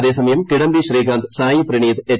അതേസമയം കിടംമ്പി ശ്രീകാന്ത് സായി പ്രണീത് എച്ച്